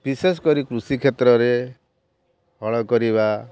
ବିଶେଷକରି କୃଷି କ୍ଷେତ୍ରରେ ହଳ କରିବା